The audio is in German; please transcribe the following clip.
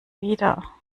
wieder